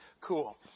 cool